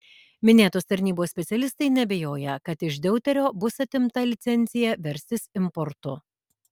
minėtos tarnybos specialistai neabejoja kad iš deuterio bus atimta licencija verstis importu